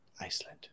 Iceland